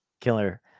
Killer